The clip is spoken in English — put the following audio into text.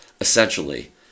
essentially